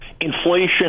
Inflation